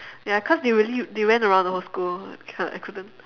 ya cause they really they ran around the whole school I can't I couldn't